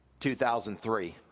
2003